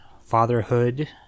fatherhood